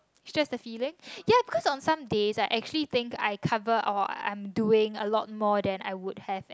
shared the feeling ya because on some days I actually think I cover or I'm doing a lot more that I would have that